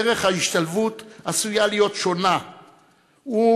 דרך ההשתלבות עשויה להיות שונה ומותאמת